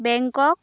Bangkok